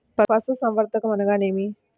పశుసంవర్ధకం అనగా ఏమి?